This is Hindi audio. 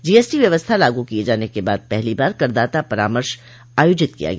जीएसटी व्यवस्था लागू किये जाने के बाद पहली बार करदाता परामर्श आयोजित किया गया